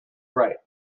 right